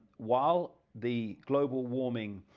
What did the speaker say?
while the global warming